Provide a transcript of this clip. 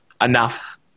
enough